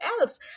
else